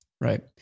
Right